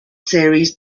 series